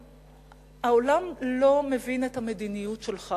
העולם לא מבין את המדיניות שלך.